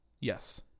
Yes